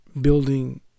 building